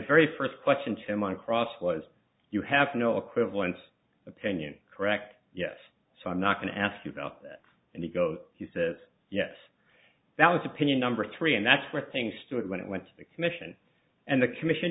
very first question to him on cross was you have no equivalence opinion correct yes so i'm not going to ask you about that and he goes he says yes that was opinion number three and that's where things stood when it went to the commission and the commission